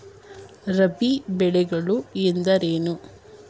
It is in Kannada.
ರಾಬಿ ಬೆಳೆಗಳು ಎಂದರೇನು?